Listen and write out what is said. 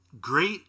Great